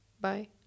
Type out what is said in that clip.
Bye